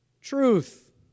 truth